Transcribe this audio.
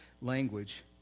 language